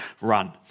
run